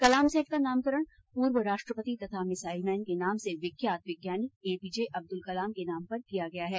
कलामसैट का नामकरण पूर्व राष्ट्रपति तथा मिसाइलमैन के नाम से विख्यात वैज्ञानिक एपीजे अब्दुल कलाम के नाम पर किया गया है